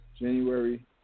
January